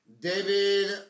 David